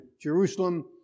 Jerusalem